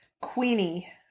Queenie